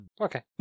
Okay